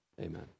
amen